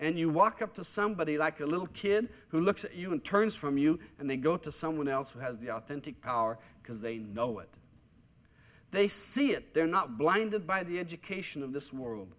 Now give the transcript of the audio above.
and you walk up to somebody like a little kid who looks at you and turns from you and they go to someone else who has the authentic power because they know it they see it they're not blinded by the education of this world